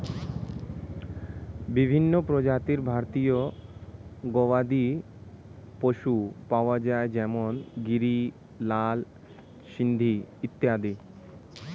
বিভিন্ন প্রজাতির ভারতীয় গবাদি পশু পাওয়া যায় যেমন গিরি, লাল সিন্ধি ইত্যাদি